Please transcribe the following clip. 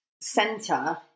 center